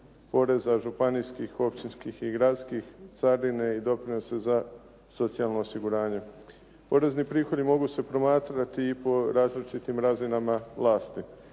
poreza, županijskih, općinskih i gradskih, carine i doprinosa za socijalno osiguranje. Porezni prihodi mogu se promatrati i po različitim razinama vlasti,